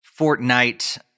Fortnite